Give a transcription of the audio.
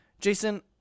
Jason